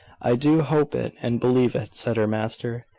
i do hope it, and believe it, said her master.